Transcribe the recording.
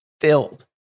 filled